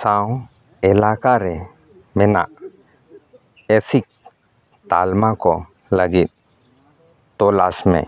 ᱥᱟᱶ ᱮᱞᱟᱠᱟ ᱨᱮ ᱢᱮᱱᱟᱜ ᱮᱥᱤᱠ ᱛᱟᱞᱢᱟ ᱠᱚ ᱞᱟᱹᱜᱤᱫ ᱛᱚᱞᱟᱥ ᱢᱮ